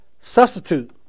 substitute